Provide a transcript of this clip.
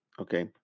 okay